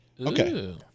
Okay